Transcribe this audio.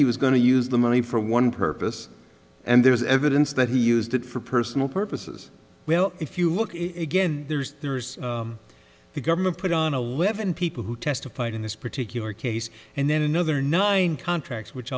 he was going to use the money for one purpose and there's evidence that he used it for personal purposes well if you look at it again there's there's the government put on a live and people who testified in this particular case and then another nine contracts which